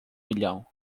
milhão